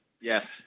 Yes